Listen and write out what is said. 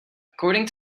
according